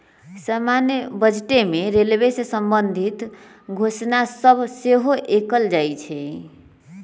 समान्य बजटे में रेलवे से संबंधित घोषणा सभ सेहो कएल जाइ छइ